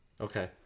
Okay